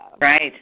Right